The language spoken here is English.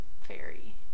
fairy